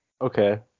Okay